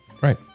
Right